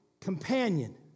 companion